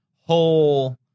whole